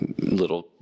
little